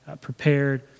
prepared